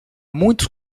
muitos